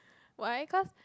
why cause